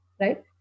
right